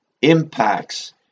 impacts